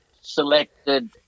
selected